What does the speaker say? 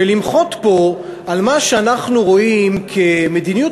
ולמחות פה על מה שאנחנו רואים כמדיניות